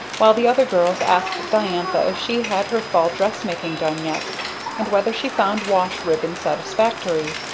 while the other girls asked diantha if she had her fall dressmaking done yet and whether she found wash ribbon satisfactory.